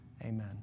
Amen